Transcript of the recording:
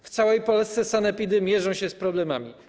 W całej Polsce sanepidy mierzą się z problemami.